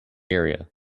area